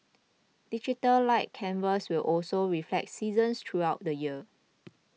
Digital Light Canvas will also reflect seasons throughout the year